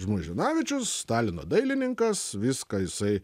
žmuižinavičiaus stalino dailininkas viską jisai